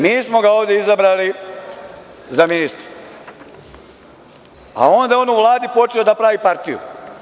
Mi smo ga ovde izabrali za ministra, a onda je on u Vladi počeo da pravi partiju.